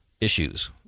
issues